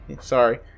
Sorry